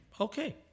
Okay